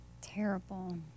Terrible